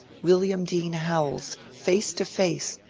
william dean howells, face to face,